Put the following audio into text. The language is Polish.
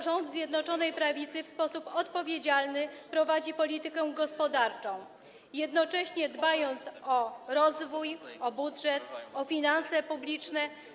Rząd Zjednoczonej Prawicy w sposób odpowiedzialny prowadzi politykę gospodarczą, jednocześnie dbając o rozwój, o budżet, o finanse publiczne.